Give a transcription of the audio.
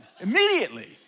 immediately